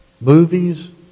movies